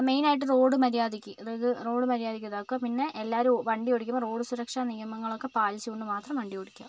മെയിനായിട്ട് റോഡ് മര്യാദയ്ക്ക് അതായത് റോഡ് മര്യാദയ്ക്ക് ഇതാക്കുക പിന്നെ എല്ലാവരും വണ്ടി ഓടിക്കുമ്പോൾ റോഡ് സുരക്ഷാ നിയമങ്ങളൊക്കെ പാലിച്ചുകൊണ്ട് മാത്രം വണ്ടി ഓടിക്കുക